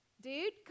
dude